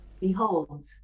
behold